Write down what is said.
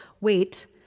wait